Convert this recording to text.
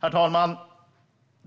Herr talman!